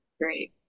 great